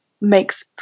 makes